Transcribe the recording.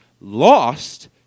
lost